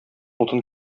утын